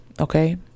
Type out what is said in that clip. okay